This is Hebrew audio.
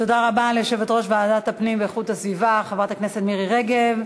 תודה רבה ליושבת-ראש ועדת הפנים והגנת הסביבה חברת הכנסת מירי רגב.